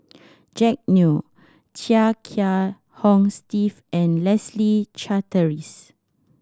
Jack Neo Chia Kiah Hong Steve and Leslie Charteris